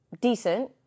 Decent